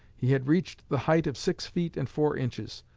he had reached the height of six feet and four inches,